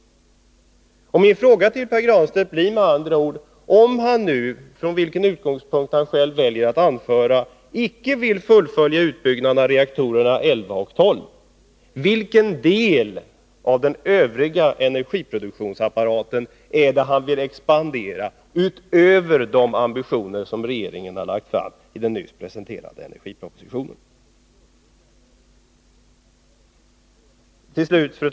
Min fråga till Pär Granstedt blir: Om Pär Granstedt inte vill att vi skall fullfölja utbyggnaden av reaktorerna 11 och 12, vilken del av den övriga energiproduktionsapparaten är det han vill expandera utöver de ambitioner regeringen fastlagt i den nyss presenterade energipropositionen?